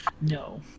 No